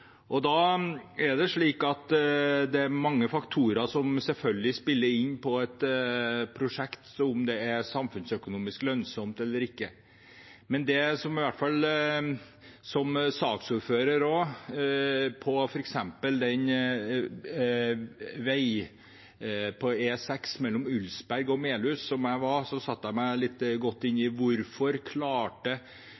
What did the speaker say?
prosjekter. Da er det slik at det er mange faktorer som selvfølgelig spiller inn på om et prosjekt er samfunnsøkonomisk lønnsomt eller ikke. Som saksordfører for saken om E6 mellom Ulsberg og Melhus satte jeg meg i hvert fall litt godt inn